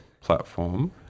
platform